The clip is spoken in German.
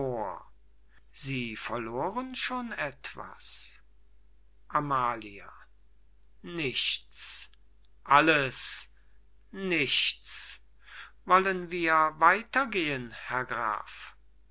sie verloren schon etwas amalia nichts alles nichts wollen wir weiter gehen herr graf